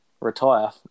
retire